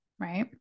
Right